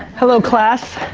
hello class,